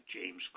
James